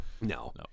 No